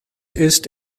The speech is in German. ist